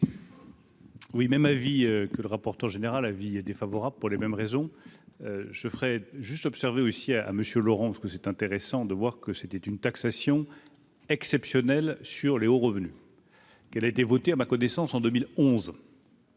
Oui, même avis que le rapporteur général avis est défavorable pour les mêmes raisons, je ferai juste observer aussi à monsieur Laurent parce que c'est intéressant de voir que c'était une taxation exceptionnelle sur les hauts revenus. Qu'elle a été votée à ma connaissance, en 2011.